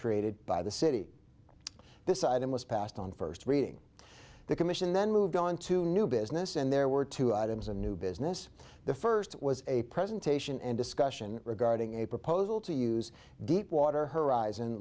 created by the city this item was passed on first reading the commission then moved on to new business and there were two items a new business the first was a presentation and discussion regarding a proposal to use deep water horizon